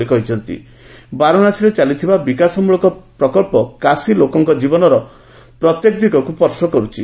ସେ କହିଛନ୍ତି ଯେ ବାରାଣାସୀରେ ଚାଲିଥିବା ବିକାଶମ୍ଭଳକ ପ୍ରକଳ୍ପ କାଶୀ ଲୋକଙ୍କ ଜୀବନର ପ୍ରତ୍ୟେକ ଦିଗକୁ ସ୍ୱର୍ଶ କରୁଛି